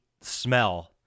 smell